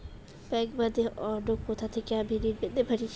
Bank বাদে অন্য কোথা থেকে আমি ঋন পেতে পারি?